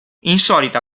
insolita